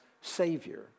savior